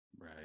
right